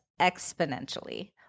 exponentially